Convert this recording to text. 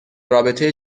رابطه